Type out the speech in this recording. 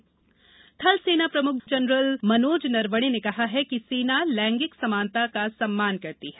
स्थायी कमीशन थल सेना प्रमुख जनरल मनोज नरवणे ने कहा है कि सेना लैंगिक समानता का सम्मान करती है